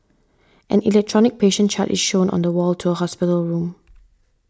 an electronic patient chart is shown on the wall to a hospital room